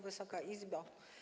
Wysoka Izbo!